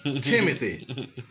Timothy